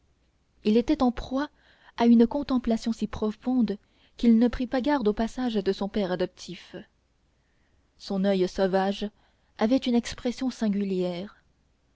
il était en proie à une contemplation si profonde qu'il ne prit pas garde au passage de son père adoptif son oeil sauvage avait une expression singulière